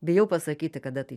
bijau pasakyti kada tai